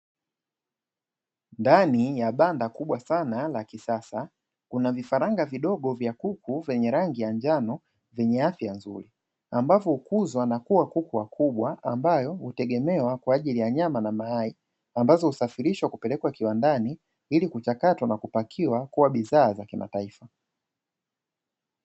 Ndani ya banda kubwa sana la kisasa, kuna vifaranga vidogo vya kuku vyenye rangi ya njano, vyenye afya nzuri ambazo hukuzwa na kuwa kuku wakubwa, ambayo hutegemewa kwa ajili ya nyama na mayai, ambazo husafirishwa kupelekwa kiwandani kuwa ili kuchakatwa na kupakiwa kuwa bidhaa za kimataifa.